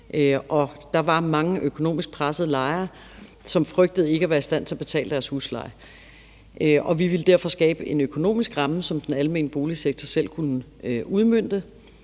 Der var mange økonomisk pressede lejere, som frygtede ikke at være i stand til at betale deres husleje. Vi ville derfor skabe en økonomisk ramme, som den almene boligsektor selv kunne udmønte,